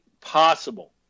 possible